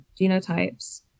genotypes